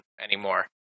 anymore